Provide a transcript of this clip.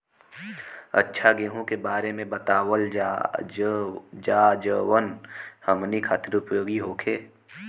अच्छा गेहूँ के बारे में बतावल जाजवन हमनी ख़ातिर उपयोगी होखे?